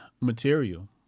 material